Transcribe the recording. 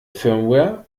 firmware